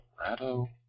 Colorado